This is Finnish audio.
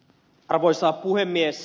arvoisa puhemies